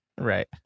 Right